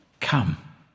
Come